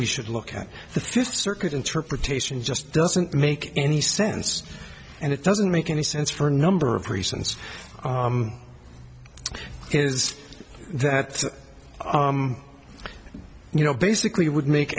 we should look at the fifth circuit interpretation just doesn't make any sense and it doesn't make any sense for a number of reasons is that you know basically would make